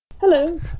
hello